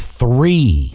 three